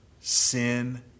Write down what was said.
sin